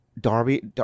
Darby